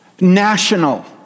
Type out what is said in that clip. national